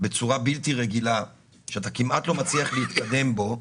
בצורה בלתי רגילה שאתה כמעט לא מצליח להתקדם בו.